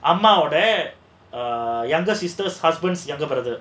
அம்மாவோட:ammavoda err younger sister's husband's younger brother